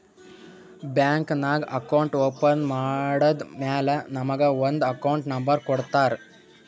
bank ನಾಗ್ account open ಮಾಡದ್ದ್ ಮ್ಯಾಲ ನಮುಗ ಒಂದ್ ಅಕೌಂಟ್ ನಂಬರ್ ಕೊಡ್ತಾರ್